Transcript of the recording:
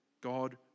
God